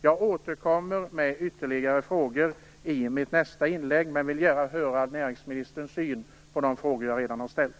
Jag återkommer med ytterligare frågor i nästa inlägg, men vill gärna först höra vilken uppfattning näringsministern har beträffande de frågor som jag redan har ställt.